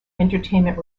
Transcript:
entertainment